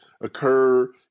occur –